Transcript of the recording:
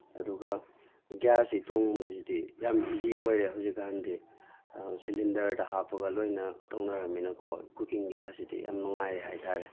ꯑꯗꯨꯒ ꯒꯤꯌꯥꯁꯁꯤ ꯊꯣꯡꯕꯁꯤꯗꯤ ꯌꯥꯝ ꯏꯖꯤ ꯑꯣꯏꯔꯦ ꯍꯧꯖꯤꯛꯀꯥꯟꯗꯤ ꯁꯤꯂꯤꯟꯗꯔꯗ ꯍꯥꯞꯄꯒ ꯂꯣꯏꯅ ꯇꯧꯅꯔꯕꯃꯤꯅꯀꯣ ꯀꯨꯀꯤꯡ ꯒꯤꯌꯥꯁꯁꯤꯗꯤ ꯌꯥꯝ ꯅꯨꯉꯥꯏꯔꯦ ꯍꯥꯏꯇꯥꯔꯦ